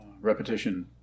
repetition